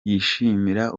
yishimira